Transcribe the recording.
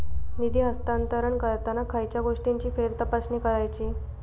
निधी हस्तांतरण करताना खयच्या गोष्टींची फेरतपासणी करायची?